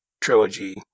trilogy